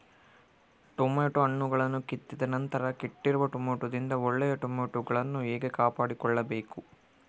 Tomato ಹಣ್ಣುಗಳನ್ನು ಕಿತ್ತಿದ ನಂತರ ಕೆಟ್ಟಿರುವ ಟೊಮೆಟೊದಿಂದ ಒಳ್ಳೆಯ ಟೊಮೆಟೊಗಳನ್ನು ಹೇಗೆ ಕಾಪಾಡಿಕೊಳ್ಳಬೇಕು?